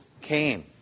came